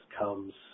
comes